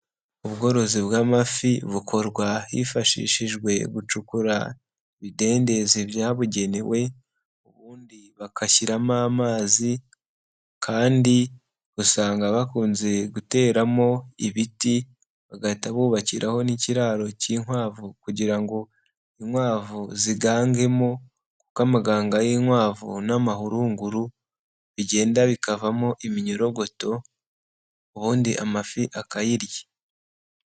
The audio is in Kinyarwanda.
Ubworozi bw'amafi bukorwa hifashishijwe gucukura ibidendezi byabugenewe, ubundi bagashyiramo amazi kandi usanga bakunze guteramo ibiti bagahita bubakiraho n'ikiraro cy'inkwavu kugira ngo inkwavu zigangemo kuko amaganga y'inkwavu n'amahurunguru, bigenda bikavamo iminyorogoto, ubundi amafi akayirya.